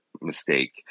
mistake